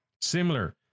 Similar